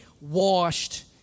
washed